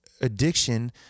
addiction